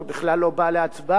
ולא היה המשך דיונים.